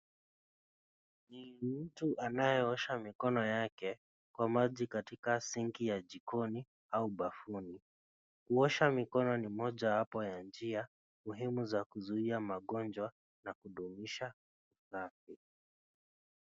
Ni mtu anayeosha mikono yake kwa maji katika sink ya jikoni au bafunu. Kuosha mikono ni njia mojawapo muhimu ya kuzuia magonjwa na kudumisha usafi.